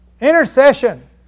Intercession